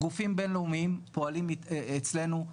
גופים בין-לאומיים פועלים אצלנו.